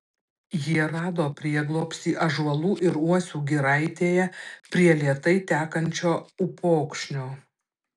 jie rado prieglobstį ąžuolų ir uosių giraitėje prie lėtai tekančio upokšnio